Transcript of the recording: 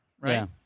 right